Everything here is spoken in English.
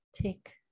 Take